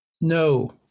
No